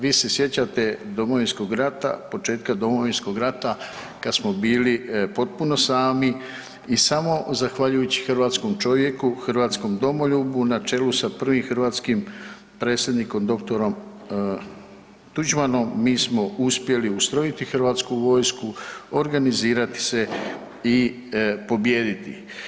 Vi se sjećate početka Domovinskog rata kada smo bili potpuno sami i samo zahvaljujući hrvatskom čovjeku, hrvatskom domoljubu na čelu sa prvim hrvatskim predsjednikom dr. Tuđmanom mi smo uspjeli ustrojiti hrvatsku vojsku, organizirati se i pobijediti.